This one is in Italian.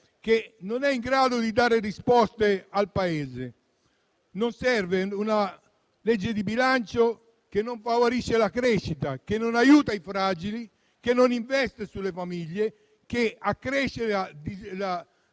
che non è in grado di dare risposte al Paese. Non serve una legge di bilancio che non favorisce la crescita, che non aiuta i fragili, che non investe sulle famiglie, accresce il